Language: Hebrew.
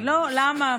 לא, למה?